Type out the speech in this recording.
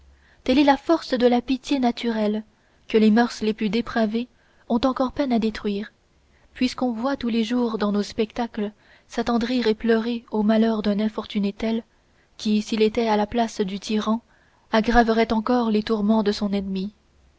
telle est la force de la pitié naturelle que les moeurs les plus dépravées ont encore peine à détruire puisqu'on voit tous les jours dans nos spectacles s'attendrir et pleurer aux malheurs d'un infortuné tel qui s'il était à la place du tyran aggraverait encore les tourments de son ennemi